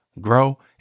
grow